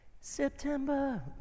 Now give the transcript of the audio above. September